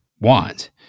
want